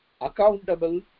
accountable